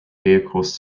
vehicles